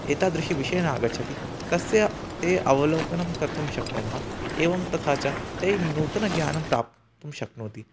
एतादृशविषये न आगच्छति तस्य ते अवलोकनं कर्तुं शक्नुमः एवं तथा च ते नूतनज्ञानं प्राप्तुं शक्नोति